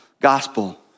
gospel